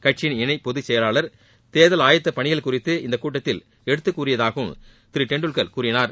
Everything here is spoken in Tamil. கட்சியின் இணை பொதுசெயலாளர் தேர்தல் குறித்து இக்கூட்டத்தில் எடுத்துக் கூறியதாகவும் திரு டெண்டுல்கர் கூறினார்